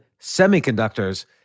semiconductors